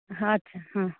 ହଁ ଆଚ୍ଛା ହଁ